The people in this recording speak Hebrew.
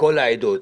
מכל העדות,